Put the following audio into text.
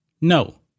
no